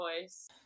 voice